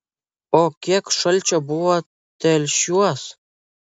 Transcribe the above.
o kiek šalčio buvo telšiuos